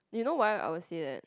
you know why I would say that